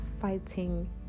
fighting